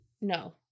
No